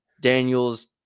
Daniels